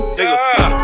Nigga